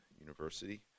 University